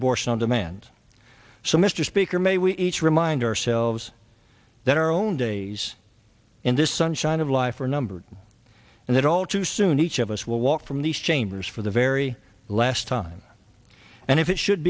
abortion on demand so mr speaker may we each remind ourselves that our own days in this sunshine of life are numbered and that all too soon each of us will walk from these chambers for the very last time and if it should